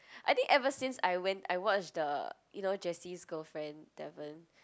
I think ever since I went I watch the you know Jessie's girlfriend Devon